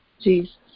Jesus